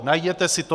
Najděte si to.